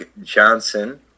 Johnson